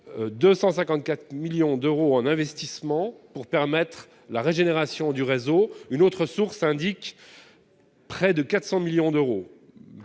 254 millions d'euros en investissement pour permettre la régénération du réseau, une autre source indique près de 400 millions d'euros,